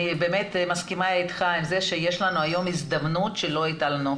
אני באמת מסכימה איתך עם זה שיש לנו היום הזדמנות שלא הייתה לנו.